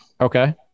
Okay